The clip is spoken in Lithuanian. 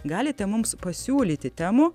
galite mums pasiūlyti temų